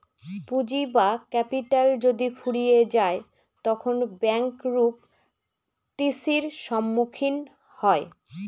পুঁজি বা ক্যাপিটাল যদি ফুরিয়ে যায় তখন ব্যাঙ্ক রূপ টি.সির সম্মুখীন হয়